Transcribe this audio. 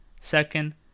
Second